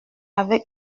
avec